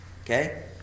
Okay